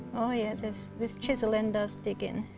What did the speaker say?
oh yeah, this this chisel-end does dig in.